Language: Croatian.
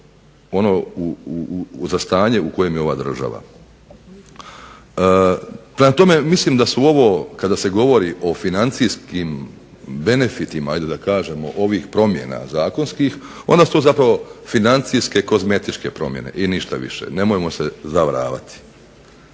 ono za stanje u kojem je ova država. Prema tome, mislim da su ovo kada se govori o financijskih benefitima, ovih promjena zakonskih onda su to financijske kozmetičke promjene, ništa više, nemojmo se zavaravati.